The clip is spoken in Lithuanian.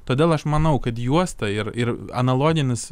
todėl aš manau kad juosta ir ir analoginis